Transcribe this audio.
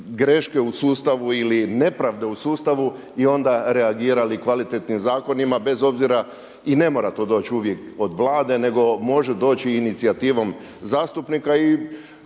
greške u sustavu ili nepravde u sustavu i onda reagirali kvalitetnim zakonima i bez obzira i ne mora to doći uvijek od Vlade nego može doći inicijativom zastupnika.